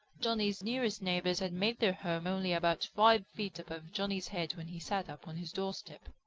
johnny's nearest neighbors had made their home only about five feet above johnny's head when he sat up on his doorstep.